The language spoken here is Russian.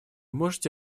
можете